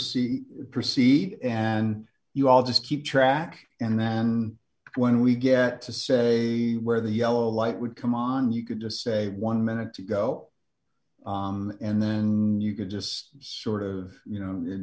let's proceed and you all just keep track and then when we get to say where the yellow light would come on you could just say one minute to go and then you could just sort of you know and